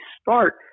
start